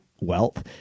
wealth